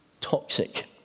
toxic